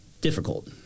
difficult